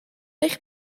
eich